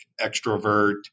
extrovert